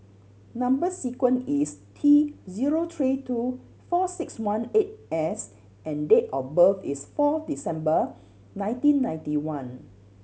number sequence is T zero three two four six one eight S and date of birth is four December nineteen ninety one